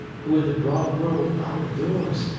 who, in the broad world out of doors,